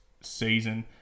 season